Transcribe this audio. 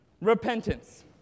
repentance